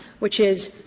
which is,